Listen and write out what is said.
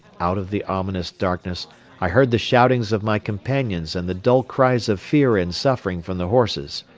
out of the ominous darkness i heard the shoutings of my companions and the dull cries of fear and suffering from the horses.